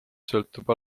sõltub